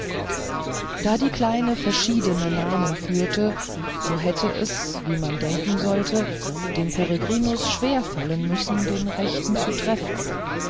da die kleine verschiedene namen führte so hätte es wie man denken sollte dem peregrinus schwer fallen müssen den rechten zu treffen